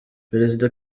perezida